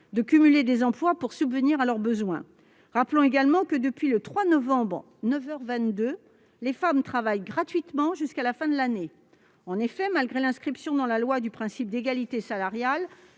de cumuler des emplois pour subvenir à leurs besoins. Rappelons également que, depuis le 3 novembre, à 9 heures 22, les femmes travaillent gratuitement jusqu'à la fin de l'année. En effet, malgré l'inscription dans la loi du principe d'égalité salariale,